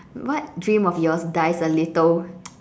what dream of yours dies a little